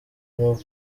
nuko